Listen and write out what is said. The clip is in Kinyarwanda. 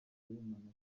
monaco